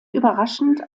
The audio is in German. überraschend